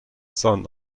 son